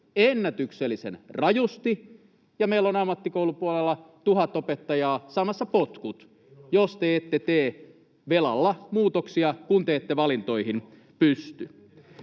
ennätyksellisen rajusti ja meillä on ammattikoulupuolella 1 000 opettajaa saamassa potkut — ellette te tee velalla muutoksia, kun te ette valintoihin pysty.